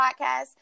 podcast